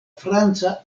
franca